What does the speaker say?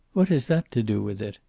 what has that to do with it?